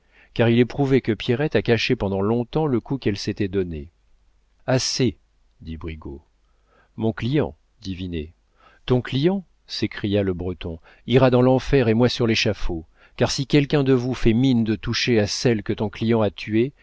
car il est prouvé que pierrette a caché pendant longtemps le coup qu'elle s'était donné assez dit brigaut mon client dit vinet ton client s'écria le breton ira dans l'enfer et moi sur l'échafaud car si quelqu'un de vous fait mine de toucher à celle que ton client a tuée